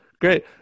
great